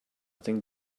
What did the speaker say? think